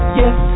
yes